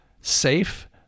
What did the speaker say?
safe